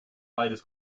beides